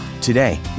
Today